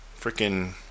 freaking